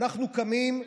אנחנו קמים.